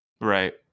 Right